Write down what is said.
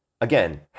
again